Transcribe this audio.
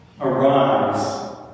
Arise